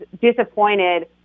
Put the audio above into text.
disappointed